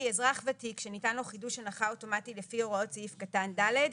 אזרח ותיק שניתן לו חידוש הנחה אוטומטי לפי הוראות סעיף קטן (ד),